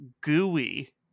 Gooey